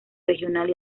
regional